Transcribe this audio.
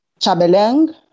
Chabeleng